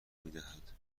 میدهد